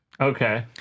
Okay